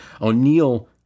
O'Neill